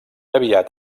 aviat